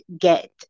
get